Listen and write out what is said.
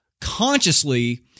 consciously